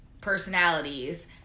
personalities